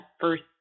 first